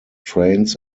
trains